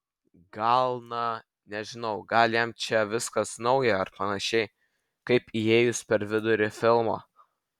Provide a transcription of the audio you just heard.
gal na nežinau gal jam čia viskas nauja ar panašiai kaip įėjus per vidurį filmo